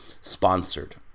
sponsored